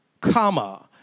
comma